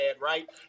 right